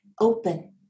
open